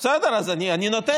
אתה לא מבין